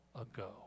ago